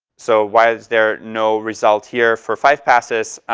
so why is there no result here for five passes?